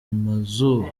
mazu